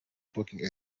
booking